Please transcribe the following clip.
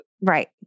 Right